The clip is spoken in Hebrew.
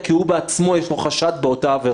כי אין לנו הכלים.